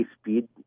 speed